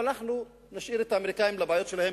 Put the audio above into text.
אבל אנחנו נשאיר את האמריקנים עם הבעיות שלהם